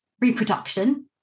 reproduction